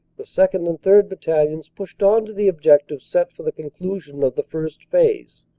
the second. and third. battalions pushed on to the objective set for the conclusion of the first phase,